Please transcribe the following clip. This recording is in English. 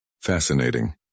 Fascinating